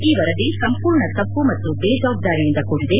ಈ ವರದಿ ಸಂಪೂರ್ಣ ತಪ್ಪು ಮತ್ತು ಬೇಜವಾಬ್ದಾರಿಯಿಂದ ಕೂಡಿದೆ